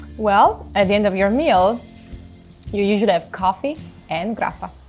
well, at the end of your meal you usually have coffee and grappa.